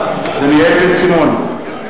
בעד דניאל בן-סימון,